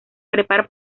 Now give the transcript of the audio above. trepar